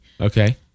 Okay